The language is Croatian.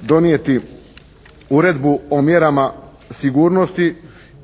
donijeti uredbu o mjerama sigurnosti